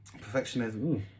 perfectionism